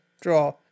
draw